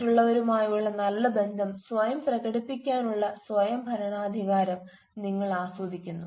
മറ്റുള്ളവരുമായുള്ള നല്ല ബന്ധം സ്വയം പ്രകടിപ്പിക്കാനുള്ള സ്വയംഭരണാധികാരം നിങ്ങൾ ആസ്വദിക്കുന്നു